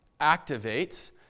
activates